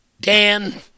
Dan